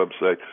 website